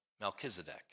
Melchizedek